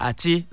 Ati